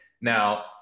Now